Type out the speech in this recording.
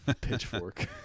Pitchfork